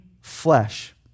flesh